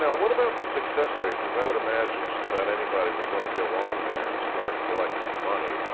yeah what about the success rate because i would imagine just about anybody would want to go on there and start collecting money.